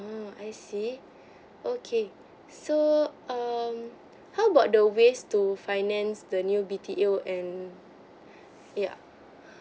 ha I see okay so um how about the ways to finance the new B_T_O and yeah